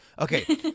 okay